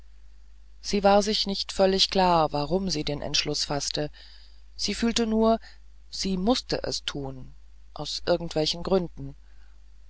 sie war sich nicht völlig klar warum sie den entschluß faßte sie fühlte nur sie mußte es tun aus irgendwelchen gründen